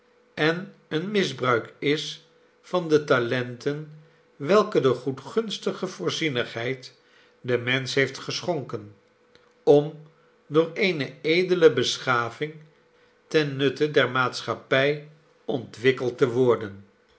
en een misbruik is van de talenten welke de goedgunstige voorzienigheid den mensch heeft geschonken om door eene edele beschaving ten nutte der maatschappij ontwikkeld te worden